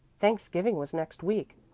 thanksgiving was next week,